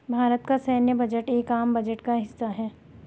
भारत का सैन्य बजट एक आम बजट का हिस्सा है